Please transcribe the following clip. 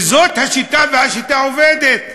וזאת השיטה, והשיטה עובדת.